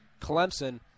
clemson